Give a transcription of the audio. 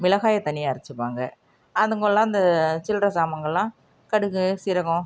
மிளகாயை தனியாக அரைச்சிப்பாங்க அதுங்கல்லாம் இந்த சில்லற சாமான்கள்லாம் கடுகு சீரகம்